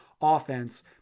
offense